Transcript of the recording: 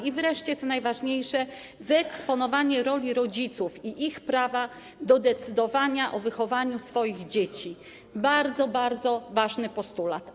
I wreszcie, co najważniejsze, wyeksponowanie roli rodziców i ich prawa do decydowania o wychowaniu swoich dzieci - bardzo, bardzo ważny postulat.